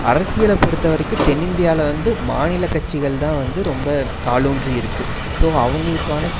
அரசியலை பொறுத்த வரைக்கும் தென்னிந்தியாவில் வந்து மாநில கட்சிகள்தான் வந்து ரொம்ப காலூன்றி இருக்குது ஸோ அவங்களுக்கான